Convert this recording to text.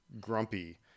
grumpy